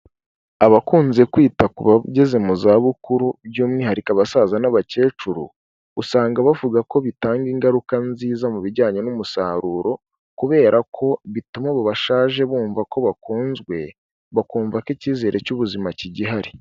Abakunze kwita ku bageze mu zabukuru by'umwihariko abasaza n'abakecuru, usanga bavuga ko bitanga ingaruka nziza mu bijyanye n'umusaruro, kubera ko bituma abo bashaje bumva ko bakunzwe, bakumva ko icyizere cy'ubuzima kigihari.